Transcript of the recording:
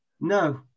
No